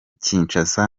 kinshasa